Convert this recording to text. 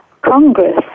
Congress